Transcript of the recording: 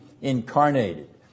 incarnated